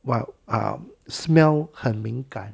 while um smell 很敏感